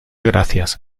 gracias